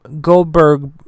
Goldberg